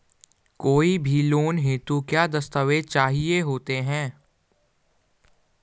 कोई भी लोन हेतु क्या दस्तावेज़ चाहिए होते हैं?